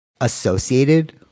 associated